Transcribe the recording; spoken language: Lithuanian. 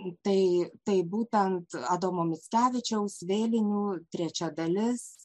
tai tai būtent adomo mickevičiaus vėlinių trečia dalis